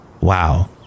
Wow